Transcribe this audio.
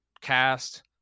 cast